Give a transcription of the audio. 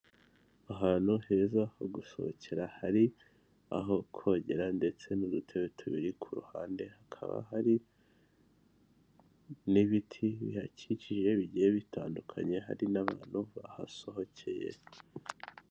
Ahantu heza ho gusohokera hari aho kogera ndetse n'udutebe tubiri, ku ruhande hakaba hari n'ibiti bihakikije bigiye bitandukanye hari n'abantu bahasohokeye.